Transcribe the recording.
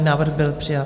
Návrh byl přijat.